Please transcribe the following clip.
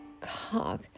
cock